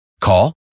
call